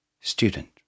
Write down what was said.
Student